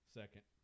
second